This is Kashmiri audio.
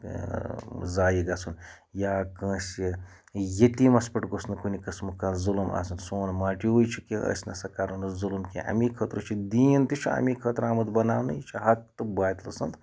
زایہِ گَژھُن یا کٲنٛسہِ یتیٖمَس پٮ۪ٹھ گوٚژھ نہٕ کُنہِ قٕسمُک کانٛہہ ظُلُم آسُن سون موٹِو چھُ کہِ أسۍ نہ سا کَرَو نہٕ ظُلُم کینٛہہ امے خٲطرٕ چھُ دیٖن تہِ چھُ امے خٲطرٕ آمُت بَناونہٕ یہِ چھُ حَق تہٕ باطلِ سُنٛد